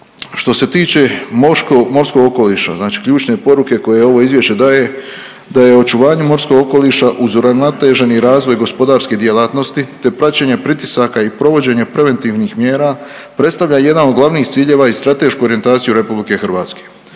Što se tiče morskog okoliša, znači ključne poruke koje ovo izvješće daje da je očuvanje morskog okoliša uravnoteženi razvoj gospodarske djelatnosti, te praćenje pritisaka i provođenje preventivnih mjera predstavlja jedan od glavnih ciljeva i stratešku orijentaciju RH.